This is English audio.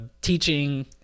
teaching